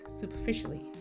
superficially